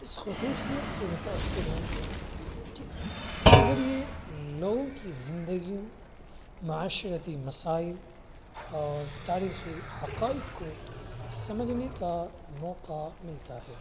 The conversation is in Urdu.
اس خصوصیت سے متأثر ہوں اس کے ذریعے لوگوں کی زندگیوں معاشرتی مسائل اور تاریخی حقائق کو سمجھنے کا موقع ملتا ہے